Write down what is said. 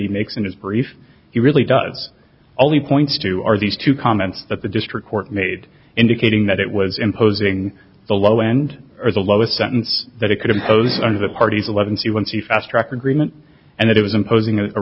he makes in his brief he really does all the points to are these two comments that the district court made indicating that it was imposing the low end of the lowest sentence that it could impose under the parties eleven c one c fastrack agreement and that it was imposing a